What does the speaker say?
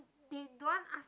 they don't want ask